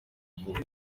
vuba